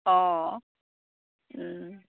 অঁ